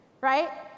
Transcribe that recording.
right